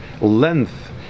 Length